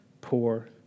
poor